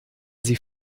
sie